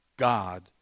God